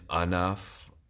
enough